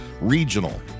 regional